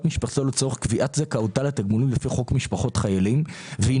לצורך קביעת זכאותה לתגמולים לפי חוק משפחות חיילים והיא